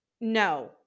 no